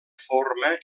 forma